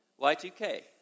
Y2K